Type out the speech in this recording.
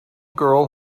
girl